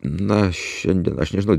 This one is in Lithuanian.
na šiandien aš nežinau